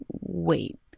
Wait